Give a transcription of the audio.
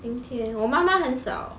今天我妈妈很少